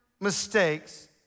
mistakes